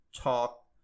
talk